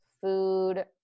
food